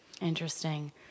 Interesting